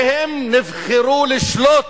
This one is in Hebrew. שהם נבחרו לשלוט.